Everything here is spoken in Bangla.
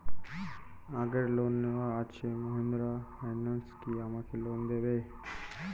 আগের লোন নেওয়া আছে মাহিন্দ্রা ফাইন্যান্স কি আমাকে লোন দেবে?